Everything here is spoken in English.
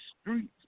streets